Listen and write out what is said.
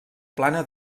plana